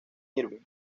irving